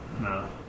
No